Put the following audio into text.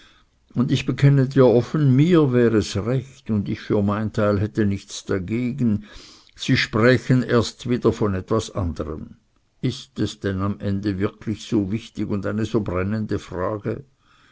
und ich bekenne dir offen mir wär es recht und ich für mein teil hätte nichts dagegen sie sprächen erst wieder von etwas anderm ist es denn am ende wirklich so wichtig und eine so brennende frage